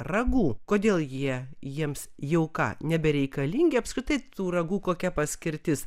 ragų kodėl jie jiems jau ką nebereikalingi apskritai tų ragų kokia paskirtis